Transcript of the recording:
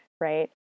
right